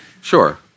sure